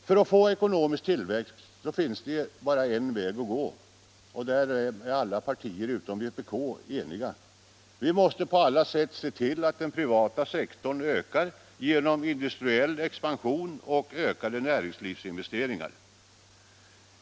För att få ekonomisk tillväxt finns det endast en väg att gå — därom är alla partier utom vpk eniga. Vi måste på alla sätt se till att den privata sektorn ökar genom industriell expansion och ökade näringslivsinvesteringar.